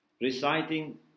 reciting